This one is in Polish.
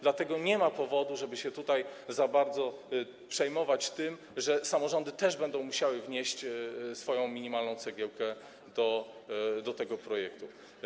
Dlatego nie ma powodu, żeby się tutaj za bardzo przejmować tym, że samorządy też będą musiały wnieść swoją minimalną cegiełkę do tego projektu.